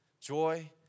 joy